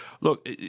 look